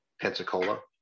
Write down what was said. Pensacola